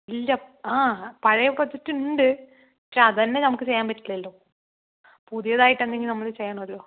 ഇല്ല ആ പഴയ പ്രൊജക്ടുണ്ട് പക്ഷേ അതുതന്നെ നമുക്ക് ചെയ്യാൻ പറ്റില്ലല്ലോ പുതിയതായിട്ടെന്തെങ്കിലും നമ്മൾ ചെയ്യണമല്ലോ